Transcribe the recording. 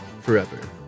forever